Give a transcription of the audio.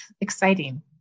exciting